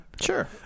Sure